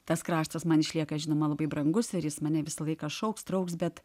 tas kraštas man išlieka žinoma labai brangus ir jis mane visą laiką šauks trauks bet